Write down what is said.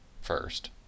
first